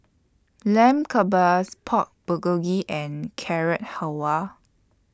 Lamb Kebabs Pork Bulgogi and Carrot Halwa